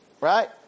right